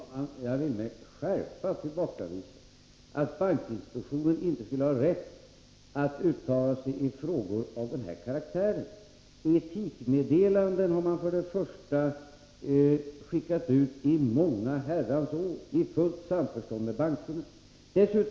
Herr talman! Jag vill med skärpa tillbakavisa att bankinspektionen inte skulle ha rätt att uttala sig i frågor av den här karaktären. Etikmeddelanden har bankinspektionen skickat ut i många Herrans år i fullt samförstånd med bankerna.